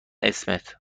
اسمت